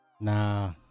nah